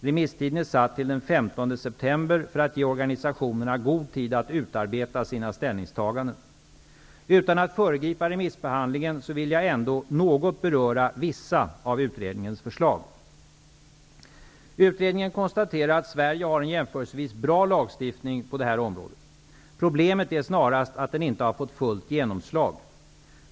Remisstiden är satt till den 15 september för att ge organisationerna god tid att utarbeta sina ställningstaganden. Utan att föregripa remissbehandlingen vill jag ändå något beröra vissa av utredningens förslag. Utredningen konstaterar att Sverige har en jämförelsevis bra lagstiftning på detta område. Problemet är snarast att den inte fått fullt genomslag.